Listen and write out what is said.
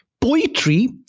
poetry